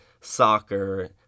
soccer